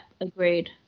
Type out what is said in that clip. agreed